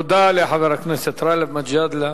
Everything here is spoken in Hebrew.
תודה לחבר הכנסת גאלב מג'אדלה.